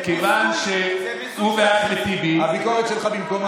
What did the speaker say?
מכיוון שהוא ואחמד טיבי, הביקורת שלך במקומה.